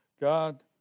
God